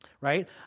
right